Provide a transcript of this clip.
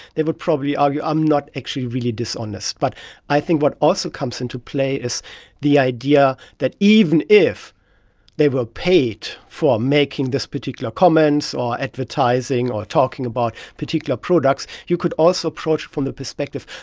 they would probably argue i'm not actually really dishonest. but i think what also comes into play is the idea that even if they were paid for making these particular comments or advertising or talking about particular products, you could also approach from the perspective,